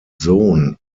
sohn